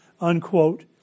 unquote